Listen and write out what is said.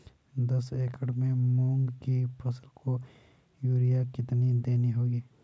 दस एकड़ में मूंग की फसल को यूरिया कितनी देनी होगी?